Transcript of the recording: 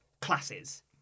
classes